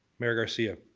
mayor garcia,